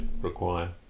require